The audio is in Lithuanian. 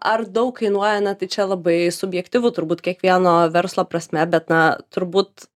ar daug kainuoja na tai čia labai subjektyvu turbūt kiekvieno verslo prasme bet na turbūt